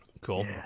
Cool